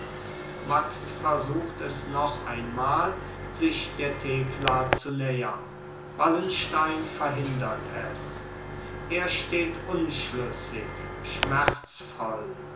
max versucht es noch einmal sich der thekla zu nähern wallenstein verhindert es er steht unschlüssig schmerzvoll